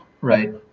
Right